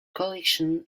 collection